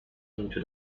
into